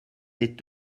n’est